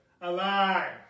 alive